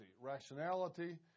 rationality